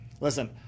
listen